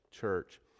Church